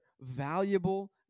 valuable